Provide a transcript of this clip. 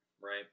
right